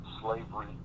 slavery